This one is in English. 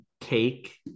cake